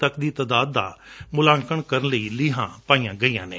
ਤਾਦਾਦ ਦਾ ਮੁਲਾਂਕਣ ਕਰਨ ਲਈ ਲੀਹਾਂ ਪਾਈਆਂ ਗਈਆਂ ਨੇ